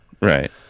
Right